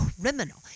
criminal